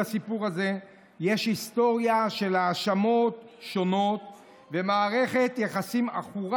לסיפור הזה יש היסטוריה של האשמות שונות ומערכת יחסים עכורה.